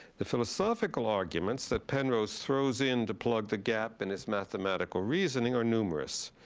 the philosophical arguments that penrose throws in to plug the gap in his mathematical reasoning are numerous.